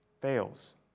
fails